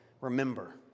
remember